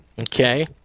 okay